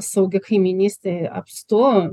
saugi kaimynystė apstu